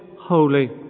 holy